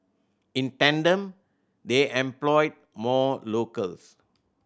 in tandem they employed more locals